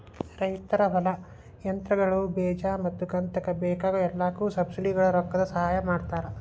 ರೈತರ ಹೊಲಾ, ಯಂತ್ರಗಳು, ಬೇಜಾ ಮತ್ತ ಕಂತಕ್ಕ ಬೇಕಾಗ ಎಲ್ಲಾಕು ಸಬ್ಸಿಡಿವಳಗ ರೊಕ್ಕದ ಸಹಾಯ ಮಾಡತಾರ